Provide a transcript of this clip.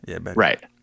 Right